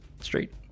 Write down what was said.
straight